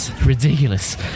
Ridiculous